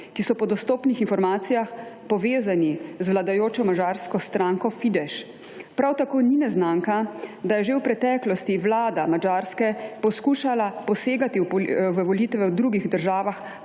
ki so po dostopnih informacijah povezani z vladajočo madžarsko stranko Fidesz. Prav tako ni neznanka, da je že v preteklosti vlada Madžarske poskušala posegati v volitve v drugih državah,